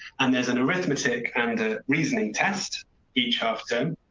and there's an arithmetic and reasoning test each after.